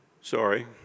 sorry